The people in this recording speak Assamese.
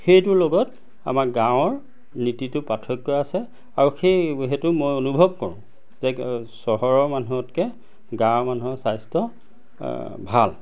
সেইটোৰ লগত আমাৰ গাঁৱৰ নীতিটো পাৰ্থক্য আছে আৰু সেই সেইটো মই অনুভৱ কৰোঁ যে চহৰৰ মানুহতকে গাঁৱৰ মানুহৰ স্বাস্থ্য ভাল